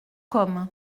comme